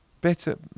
better